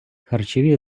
харчові